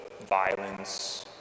violence